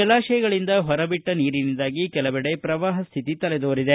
ಆಲಾಶಯಗಳಿಂದ ಹೊರಬಿಟ್ಟ ನೀರಿನಿಂದಾಗಿ ಕೆಲವೆಡೆ ಪ್ರವಾಹ ಸ್ವಿತಿ ತಲೆದೋರಿದೆ